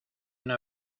una